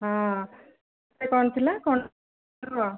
ହଁ ସେ କ'ଣ ଥିଲା କ'ଣ